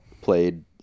played